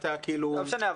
זה לא משנה.